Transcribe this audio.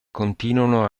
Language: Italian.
continuano